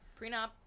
prenup